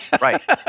Right